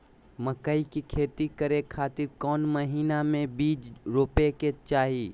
मकई के खेती करें खातिर कौन महीना में बीज रोपे के चाही?